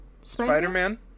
Spider-Man